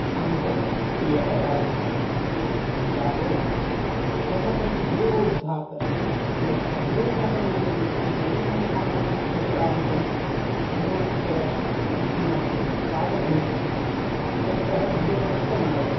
शान्तप्रियः रा इति राजा इति ततः परं धिरोद्धातः यथा धिरोद्धात्तनायकः इत्युक्ते वेणीसंहारे प्रतिपादितं भीमस्य भीमः राजभीमः ते सः धिरोधत्तनायकः